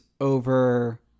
over